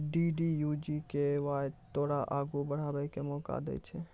DDU GKY तोरा आगू बढ़ै के मौका दै छै